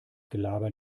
gelaber